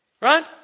Right